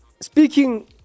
speaking